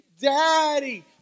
Daddy